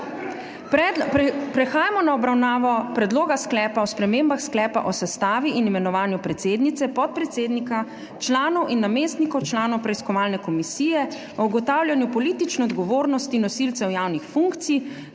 Prehajamo na obravnavo Predloga sklepa o spremembah Sklepa o sestavi in imenovanju predsednice, podpredsednika, članov in namestnikov članov Preiskovalne komisije o ugotavljanju politične odgovornosti nosilcev javnih funkcij